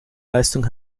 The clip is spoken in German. leistung